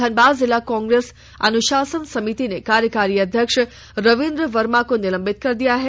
धनबाद जिला कांग्रेस अनुशासन समिति ने कार्यकारी अध्यक्ष रविंद्र वर्मा को निलंबित कर दिया है